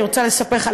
אני רוצה לספר לך,